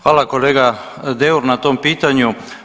Hvala kolega Deur na tom pitanju.